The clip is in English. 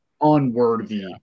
unworthy